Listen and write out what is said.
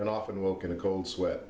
and often woke in a cold sweat